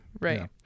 right